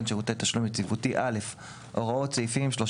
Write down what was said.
שירותי תשלום יציבותי 36יג. הוראות סעיפים 34,